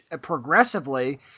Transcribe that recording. progressively